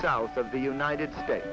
south of the united states